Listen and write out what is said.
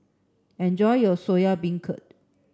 enjoy your Soya Beancurd